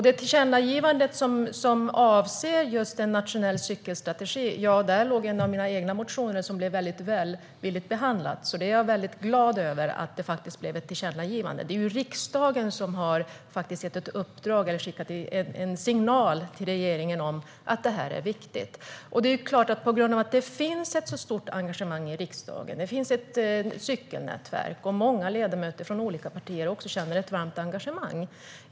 Det tillkännagivande som avser just en nationell cykelstrategi fanns i en av mina egna motioner som blev välvilligt behandlad. Jag är väldigt glad över att det blev ett tillkännagivande. Det är riksdagen som har gett ett uppdrag och skickat en signal till regeringen om att detta är viktigt. Det är på grund av att det finns ett så stort engagemang i riksdagen. Det finns ett cykelnätverk. Många ledamöter från olika partier känner också ett varmt engagemang.